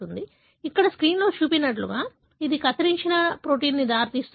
కాబట్టి ఇక్కడ స్క్రీన్లో చూపినట్లుగా అది కత్తిరించిన ప్రోటీన్కు దారితీస్తుందా